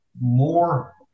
more